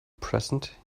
present